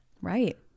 Right